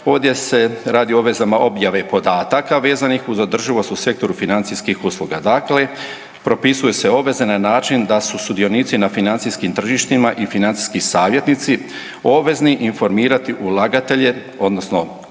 ovdje se radio obvezama objave podataka vezanih uz održivost u sektoru financijskih usluga. Dakle, propisuju se obveze na način da su sudionici na financijskim tržištima i financijski savjetnici obvezni informirati ulagatelje odnosno klijenta